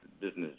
business